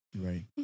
Right